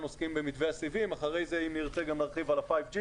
עוסקים במתווה הסיבים ואחר כך אם נרצה גם נרחיב על ה-G5